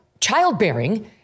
childbearing